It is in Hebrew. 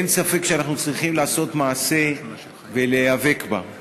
אין ספק שאנחנו צריכים לעשות מעשה ולהיאבק בה.